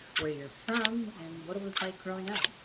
where you're from and what it was like growing up.